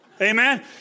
Amen